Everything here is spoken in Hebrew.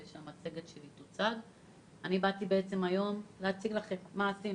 באתי להציג לכם מה עשינו